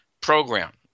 program